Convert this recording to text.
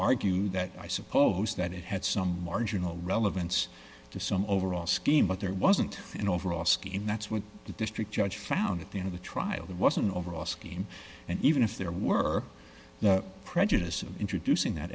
argue that i suppose that it had some marginal relevance to some overall scheme but there wasn't an overall scheme that's what the district judge found at the end of the trial there was an overall scheme and even if there were no prejudice of introducing that